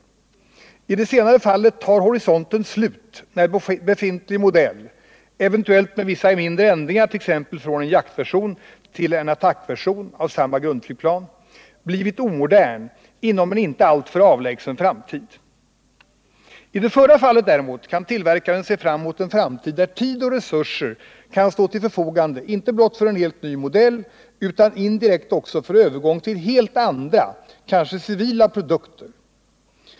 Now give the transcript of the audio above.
I det senare fallet tar horisonten slut när befintlig modell, eventuellt med vissa mindre ändringar, t.ex. från en jaktversion till en attackversion av samma grundflygplan, blivit omodern inom en inte alltför avlägsen framtid. I det förra fallet däremot kan tillverkaren se fram emot en framtid där tid och resurser kan stå till förfogande inte blott för en helt ny modell utan indirekt också för övergång till helt andra, kanske civila, produkter.